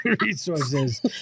resources